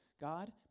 God